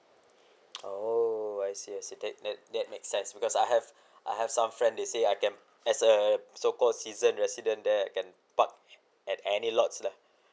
oh I see I see that's that's that's excise because I have I have some friend they say I can as a so called season resident there I can park at any lots lah